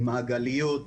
עם מעגליות,